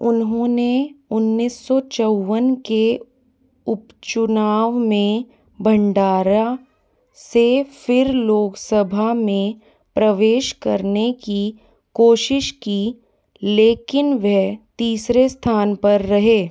उन्होंने उन्नीस सौ चौवन के उपचुनाव में भंडारा से फिर लोकसभा में प्रवेश करने की कोशिश की लेकिन वे तीसरे स्थान पर रहे